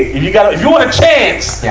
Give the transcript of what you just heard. you gotta, if you want a chance,